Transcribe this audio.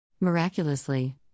Miraculously